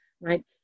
right